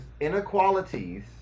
inequalities